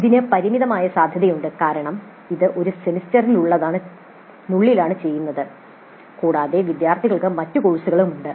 ഇതിന് പരിമിതമായ സാധ്യതയുണ്ട് കാരണം ഇത് ഒരു സെമസ്റ്ററിനുള്ളിലാണ് ചെയ്യുന്നത് കൂടാതെ വിദ്യാർത്ഥികൾക്ക് മറ്റ് കോഴ്സുകളും ഉണ്ട്